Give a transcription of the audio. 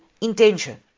intention